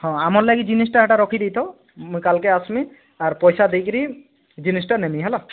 ହଁ ଆମର୍ ଲାଗି ଜିନିଷ୍ଟା ହେଟା ରଖିଦେଇଥ ମୁଇଁ କାଲ୍କେ ଆସ୍ମୀ ଆର୍ ପଇସା ଦେଇକରି ଜିନିଷ୍ଟା ନେମି ହେଲା